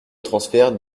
transfert